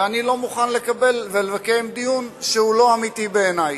ואני לא מוכן לקיים דיון שהוא לא אמיתי בעיני.